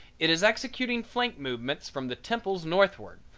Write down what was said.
it is executing flank movements from the temples northward,